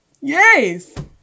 Yes